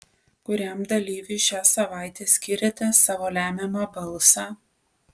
kuriam dalyviui šią savaitę skiriate savo lemiamą balsą